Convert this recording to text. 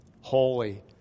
holy